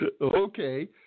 Okay